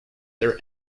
their